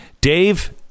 dave